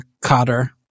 Cotter